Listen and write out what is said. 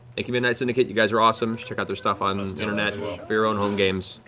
thank you, midnight syndicate, you guys are awesome. check out their stuff on the internet for your own home games.